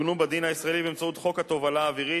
שעוגנו בדין הישראלי באמצעות חוק התובלה האווירית,